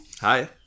Hi